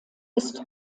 ist